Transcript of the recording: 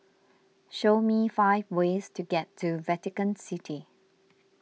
show me five ways to get to Vatican City